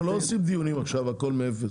אנחנו לא עושים דיון עכשיו הכל מאפס.